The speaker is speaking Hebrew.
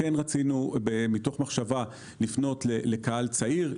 מתוך מחשבה רצינו לפנות לקהל צעיר,